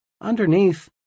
Underneath